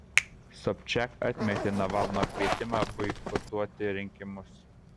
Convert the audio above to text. sobčiak atmetė navalno kvietimą boikotuoti rinkimus